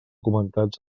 comentats